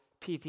PT